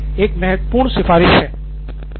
यह हमारी एक महत्वपूर्ण सिफारिश है